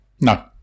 No